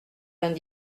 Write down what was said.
vingt